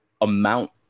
amount